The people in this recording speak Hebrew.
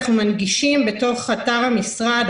אנחנו מנגישים בתוך אתר המשרד,